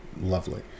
lovely